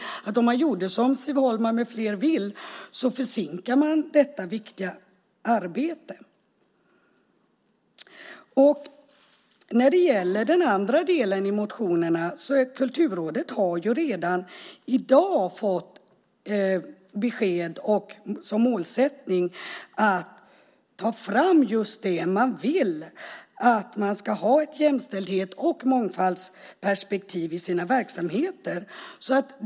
Om man gjorde som Siv Holma med flera vill är jag orolig att man försinkar detta viktiga arbete. När det gäller den andra delen har ju Kulturrådet redan i dag fått som målsättning att ta fram just det som motionärerna vill, nämligen att man ska ha ett jämställdhets och mångfaldsperspektiv i sina verksamheter.